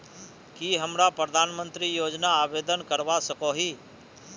की हमरा प्रधानमंत्री योजना आवेदन करवा सकोही?